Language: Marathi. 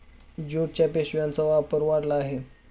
ज्यूटच्या पिशव्यांचा वापर वाढला आहे